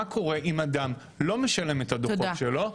מה קורה אם אדם לא משלם את הדוחות שלו.